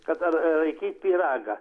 kad dar raikyt pyragą